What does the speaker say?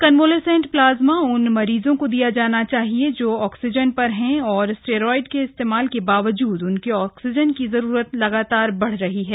convalescent plasma उन मरीजों को दिया जाना चाहिए जो ऑक्सीजन पर हैं और स्टेरॉयड के इस्तेमाल के बावजूद उनकी ऑक्सीजन की जरूरत लगातार बढ़ रही है